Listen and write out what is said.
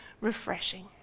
refreshing